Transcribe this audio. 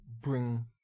bring